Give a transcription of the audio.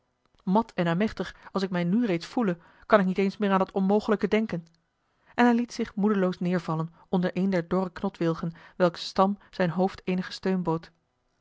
mat en aemachtig als ik mij nu reeds voele kan ik niet eens meer aan dat onmogelijke denken en hij liet zich moedeloos neêrvallen onder een der dorre knotwilgen welks stam zijn hoofd eenigen steun bood